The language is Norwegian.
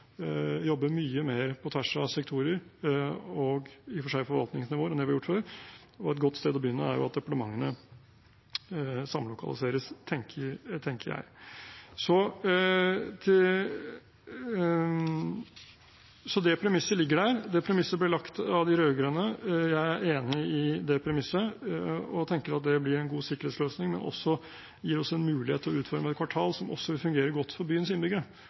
jobbe mye mer på tvers av sektorer – og i og for seg forvaltningsnivåer – enn det vi har gjort før, og et godt sted å begynne er at departementene samlokaliseres, tenker jeg. Så det premisset ligger der. Det premisset ble lagt av de rød-grønne. Jeg er enig i det premisset og tenker at det blir en god sikkerhetsløsning, men det gir oss også en mulighet til å utforme et kvartal som også vil fungere godt for byens innbyggere